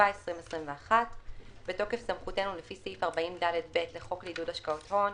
התשפ"א-2021 בתוקף סמכותנו לפי סעיף 40ד(ב) לחוק לעידוד השקעות הון,